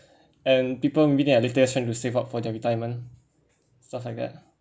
and people trying to save up for their retirement stuff like that ah